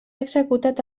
executat